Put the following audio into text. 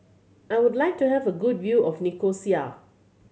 I would like to have a good view of Nicosia